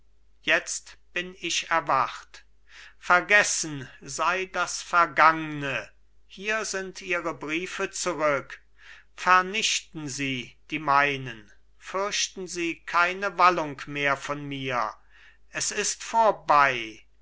jetzt bin ich erwacht vergessen sei das vergangne hier sind ihre briefe zurück vernichten sie die meinen fürchten sie keine wallung mehr von mir es ist vorbei